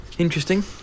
Interesting